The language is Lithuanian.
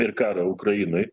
ir karą ukrainoj